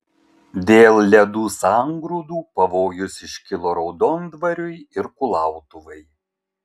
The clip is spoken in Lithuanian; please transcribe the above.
dėl ledų sangrūdų pavojus iškilo raudondvariui ir kulautuvai